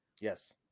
Yes